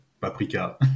Paprika